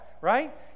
right